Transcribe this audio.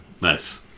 Nice